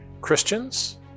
christians